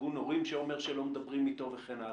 וארגון הורים שאומר שלא מדברים איתו וכן הלאה.